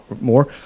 more